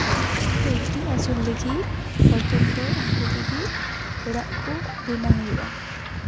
poultry ᱟᱹᱥᱩᱞ ᱞᱟᱹᱜᱤᱫ ᱯᱨᱚᱛᱷᱚᱢ ᱫᱚ ᱩᱱᱠᱩ ᱞᱟᱹᱜᱤᱫ ᱚᱲᱟᱜ ᱠᱚ ᱵᱮᱱᱟᱣ ᱦᱩᱭᱩᱜᱼᱟ